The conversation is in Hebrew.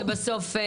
הרי, בסוף.